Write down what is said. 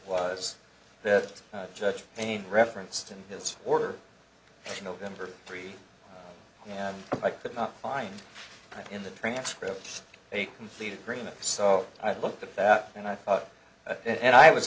was that the judge made reference to his order november three and i could not find in the transcript a complete agreement so i looked at that and i thought and i was